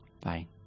Bye